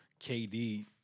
KD